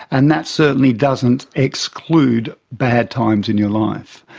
and that certainly doesn't exclude bad times in your life.